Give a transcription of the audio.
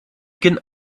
can